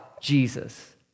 Jesus